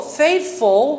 faithful